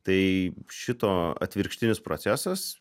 tai šito atvirkštinis procesas